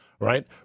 right